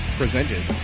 presented